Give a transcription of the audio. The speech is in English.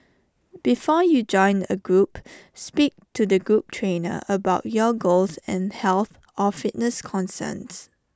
before you join A group speak to the group trainer about your goals and health or fitness concerns